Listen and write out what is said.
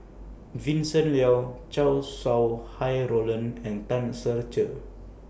Vincent Leow Chow Sau Hai Roland and Tan Ser Cher